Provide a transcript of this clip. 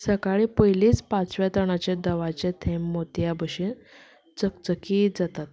सकाळी पयलींच पाचव्या तणाचेर दवाचे थेंब मोतया भशेन चकचकीत जातात